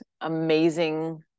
amazing